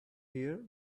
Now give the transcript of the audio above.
here